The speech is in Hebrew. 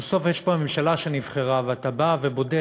ובסוף יש פה ממשלה שנבחרה, ואתה בא ובודק